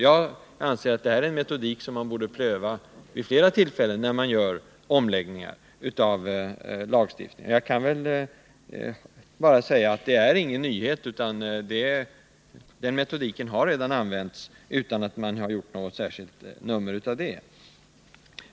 Jag anser att det är en metodik som borde prövas också vid andra tillfällen, när man ändrar lagstiftningen. Metodiken är f. ö. inte någon nyhet. Den har tillämpats tidigare, utan att man gjort någon affär av det.